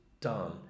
done